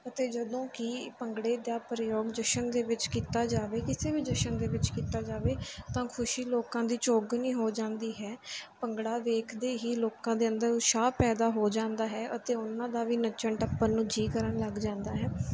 ਅਤੇ ਜਦੋਂ ਕਿ ਭੰਗੜੇ ਦਾ ਪ੍ਰਯੋਗ ਜਸ਼ਨ ਦੇ ਵਿੱਚ ਕੀਤਾ ਜਾਵੇ ਕਿਸੇ ਵੀ ਜਸ਼ਨ ਦੇ ਵਿੱਚ ਕੀਤਾ ਜਾਵੇ ਤਾਂ ਖੁਸ਼ੀ ਲੋਕਾਂ ਦੀ ਚੌਗੁਣੀ ਹੋ ਜਾਂਦੀ ਹੈ ਭੰਗੜਾ ਵੇਖਦੇ ਹੀ ਲੋਕਾਂ ਦੇ ਅੰਦਰ ਉਤਸ਼ਾਹ ਪੈਦਾ ਹੋ ਜਾਂਦਾ ਹੈ ਅਤੇ ਉਹਨਾਂ ਦਾ ਵੀ ਨੱਚਣ ਟੱਪਣ ਨੂੰ ਜੀਅ ਕਰਨ ਲੱਗ ਜਾਂਦਾ ਹੈ